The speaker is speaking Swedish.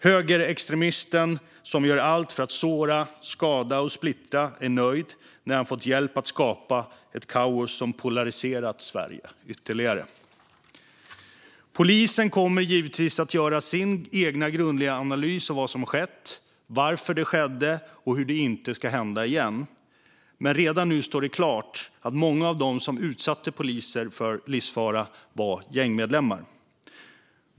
Högerextremisten som gör allt för att såra, skada och splittra är nöjd när han fått hjälp att skapa ett kaos som polariserat Sverige ytterligare. Polisen kommer givetvis att göra sin egen grundliga analys av vad som skett, varför det skedde och hur det inte ska hända igen. Men redan nu står det klart att många av dem som utsatte poliser för livsfara var gängmedlemmar.